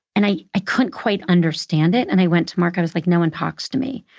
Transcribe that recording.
and i i couldn't quite understand it. and i went to mark, i was like, no one talks to me.